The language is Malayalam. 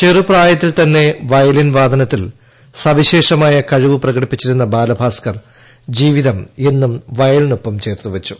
ചെറുപ്രായത്തിൽ തന്നെ വയലിൻ വാദനത്തിൽ സവിശേഷമായ കഴിവ് പ്രകടിപ്പിച്ചിരുന്ന ബാലഭാസ്കർ ജീവിതം എന്നും വയലിനൊപ്പം ചേർത്തു വെച്ചു